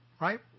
right